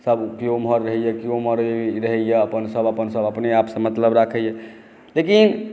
सभ केओ उम्हर रहैए केओ उम्हर रहैए सभ अपन सभ अपने आप से मतलब राखैए लेकिन